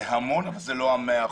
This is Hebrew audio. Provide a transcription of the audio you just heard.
זה המון אבל זה לא 100 אחוזים.